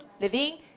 Living